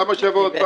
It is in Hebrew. למה שיבוא עוד פעם?